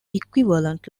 equivalent